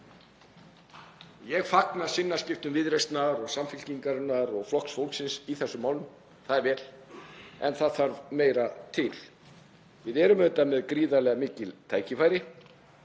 Ég fagna sinnaskiptum Viðreisnar, Samfylkingarinnar og Flokks fólksins í þessum málum. Það er vel. En það þarf meira til. Við erum auðvitað með gríðarlega mikil tækifæri